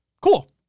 Cool